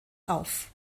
auf